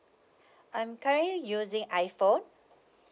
I'm currently using iphone